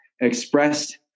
expressed